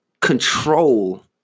control